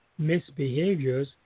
misbehaviors